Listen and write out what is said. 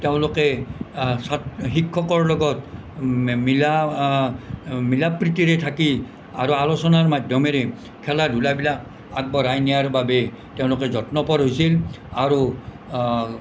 তেওঁলোকে ছাত শিক্ষকৰ লগত মিলা মিলা প্ৰীতিৰে থাকি আৰু আলোচনাৰ মাধ্যমেৰে খেলা ধূলাবিলাক আগবঢ়াই নিয়াৰ বাবে তেওঁলোকে যত্নপৰ হৈছিল আৰু